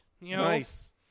Nice